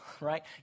right